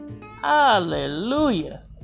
Hallelujah